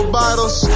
bottles